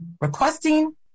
requesting